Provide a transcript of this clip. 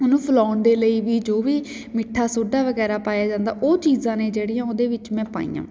ਉਹਨੂੰ ਫਲਾਉਣ ਦੇ ਲਈ ਵੀ ਜੋ ਵੀ ਮਿੱਠਾ ਸੋਡਾ ਵਗੈਰਾ ਪਾਇਆ ਜਾਂਦਾ ਉਹ ਚੀਜ਼ਾਂ ਨੇ ਜਿਹੜੀਆਂ ਉਹਦੇ ਵਿੱਚ ਮੈਂ ਪਾਈਆਂ